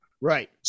Right